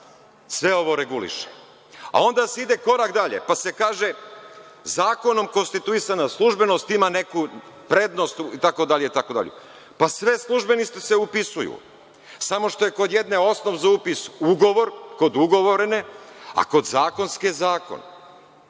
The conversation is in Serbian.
sve ovo reguliše. Onda se ide korak dalje, pa se kaže – zakonom konstituisana službenost ima neku prednost itd, itd. Pa sve službenosti se upisuju, samo što je kod jedne osnov za upis ugovor kod ugovorne, a kod zakonske zakon.